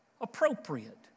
appropriate